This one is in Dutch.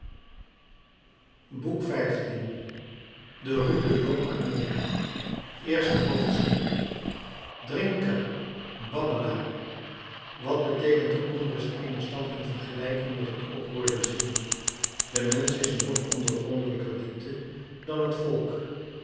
de rue de lhomme armé eerste hoofdstuk drinker babbelaar wat beteekent de onrust eener stad in vergelijking met het oproer der ziel de mensch is een nog ondoorgrondelijker diepte dan het volk